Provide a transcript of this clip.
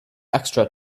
extra